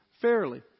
fairly